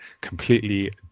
completely